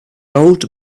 old